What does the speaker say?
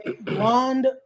Blonde